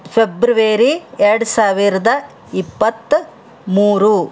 February ಎರಡು ಸಾವಿರದ ಇಪ್ಪತ್ತ ಮೂರು